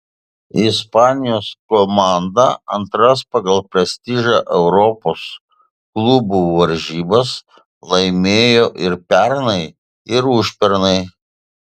ispanijos komanda antras pagal prestižą europos klubų varžybas laimėjo ir pernai ir užpernai